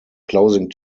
closing